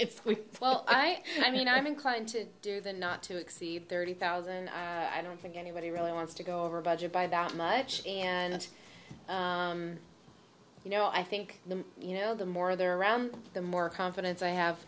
face well i i mean i'm inclined to do the not to exceed thirty thousand i don't think anybody really wants to go over budget by that much and you know i think you know the more they're around the more confidence i have